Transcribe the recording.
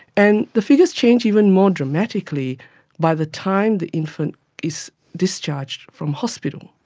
and the figures change even more dramatically by the time the infant is discharged from hospital.